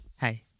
Hi